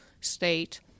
state